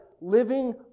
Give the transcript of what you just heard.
living